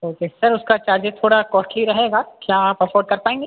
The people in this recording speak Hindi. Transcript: ओके सर उसका चार्जेस थोड़ा कॉस्टली रहेगा क्या आप अफोर्ड कर पाएँगे